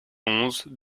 onze